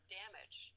damage